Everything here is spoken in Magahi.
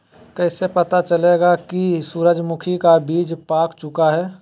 कैसे पता चलेगा की सूरजमुखी का बिज पाक चूका है?